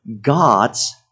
God's